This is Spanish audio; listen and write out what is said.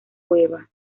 cueva